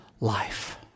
life